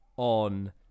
on